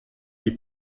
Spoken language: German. die